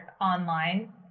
online